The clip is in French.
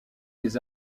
des